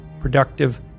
productive